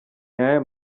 ayahe